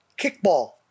Kickball